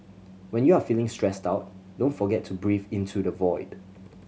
when you are feeling stressed out don't forget to breathe into the void